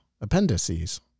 Appendices